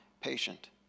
patient